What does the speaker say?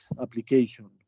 application